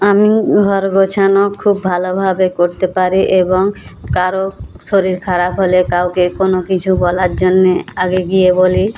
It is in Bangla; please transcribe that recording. আমি ঘর গোছানো খুব ভালোভাবে করতে পারি এবং কারো শরীর খারাপ হলে কাউকে কোনো কিছু বলার জন্যে আগে গিয়ে বলি